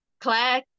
Claire